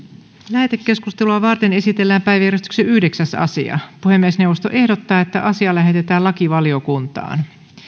lähetekeskustelua varten esitellään päiväjärjestyksen yhdeksäs asia puhemiesneuvosto ehdottaa että asia lähetetään lakivaliokuntaan